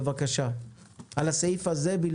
לגבי הסעיף הזה,